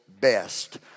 best